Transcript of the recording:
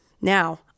Now